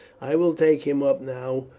i will take him up now,